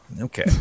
Okay